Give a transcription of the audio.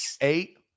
Eight